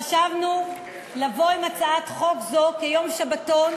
חשבנו לבוא עם הצעת חוק זו של יום שבתון